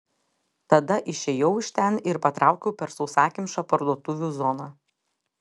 tada išėjau iš ten ir patraukiau per sausakimšą parduotuvių zoną